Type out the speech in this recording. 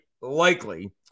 likely